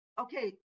okay